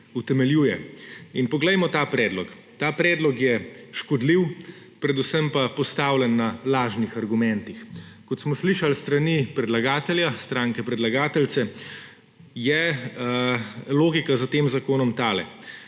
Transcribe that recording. utemeljuje. Poglejmo ta predlog. Ta predlog je škodljiv, predvsem pa postavljen na lažnih argumentih. Kot smo slišali s strani predlagatelja, stranke predlagateljice, je logika za tem zakonom tale: